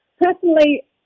personally